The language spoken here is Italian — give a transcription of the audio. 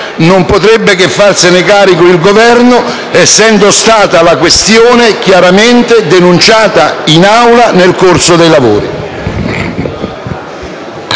non potrebbe che farsene carico il Governo, essendo stata la questione chiaramente denunciata in Aula nel corso dei lavori.